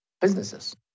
businesses